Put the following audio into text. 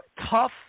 tough